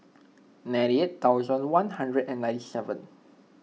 ninety eight thousand one hundred and ninety seven